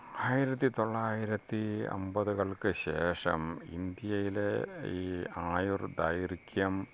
ആയിരത്തി തൊള്ളായിരത്തി അമ്പതുകൾക്ക് ശേഷം ഇൻഡ്യയില് ഈ ആയുർദൈർഘ്യം